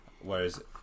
Whereas